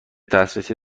دسترسی